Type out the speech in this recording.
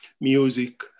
music